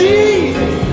Jesus